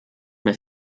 mehr